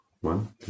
one